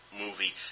movie